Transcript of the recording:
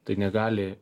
tai negali